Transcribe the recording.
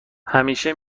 همیشه